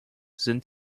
sind